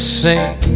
sing